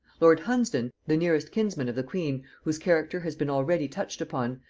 lord hunsdon, the nearest kinsman of the queen, whose character has been already touched upon,